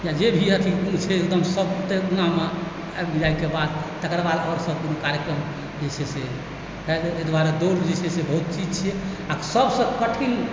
या जे भी अथी छै एगदम सब आबि जाइके बात तकर बाद आओर सब कोनो कार्यक्रम जे छै से एहि दुआरे दौड़ जे छै से बहुत चीज छियैक आओर सबसँ कठिन